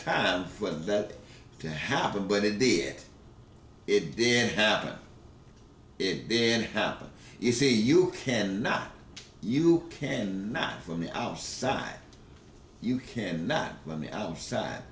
time for that to happen but it did it didn't happen it didn't happen you see you can not you can not from the outside you can not on the outside